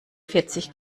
vierzig